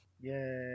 Yay